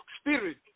spirit